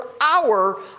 hour